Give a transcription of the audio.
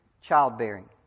childbearing